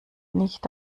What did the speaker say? nicht